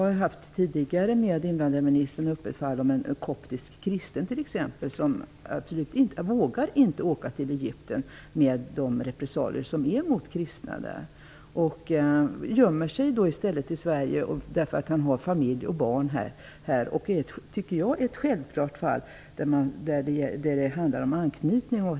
Jag har tidigare med invandrarministern haft uppe till diskussion ett fall med en koptisk kristen som absolut inte vågar åka till Egypten på grund av repressalierna mot kristna där. Han gömmer sig i stället i Sverige, därför att han har familj och barn här. Han är, tycker jag, ett självklart fall där det handlar om anknytning.